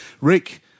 rick